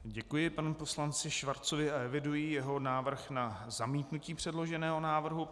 Děkuji panu poslanci Schwarzovi a eviduji jeho návrh na zamítnutí předloženého návrhu.